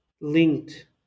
linked